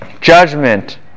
judgment